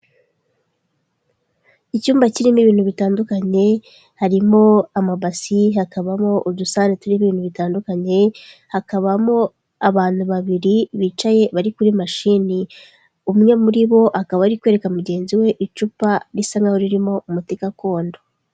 Icyumba kirimo ibintu bitandukanye, harimo amabasi hakabamo udusahane turiho ibintu bitandukanye, hakabamo abantu babiri bicaye bari kuri mashini, umwe muri bo akaba ari kwereka mugenzi we icupa risa nkaho ririmo umuti gakondo.